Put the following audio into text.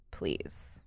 please